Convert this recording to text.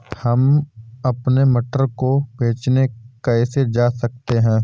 हम अपने मटर को बेचने कैसे जा सकते हैं?